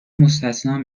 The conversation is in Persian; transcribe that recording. مستثنی